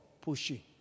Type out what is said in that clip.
pushing